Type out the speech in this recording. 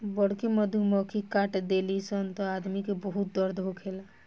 बड़की मधुमक्खी काट देली सन त आदमी के बहुत दर्द होखेला